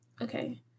Okay